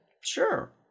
Sure